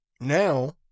now